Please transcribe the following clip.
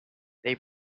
they